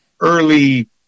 early